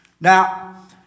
Now